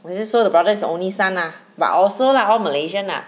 我是说 the brother is the only son ah but also lah all malaysian lah